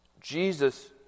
Jesus